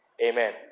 amen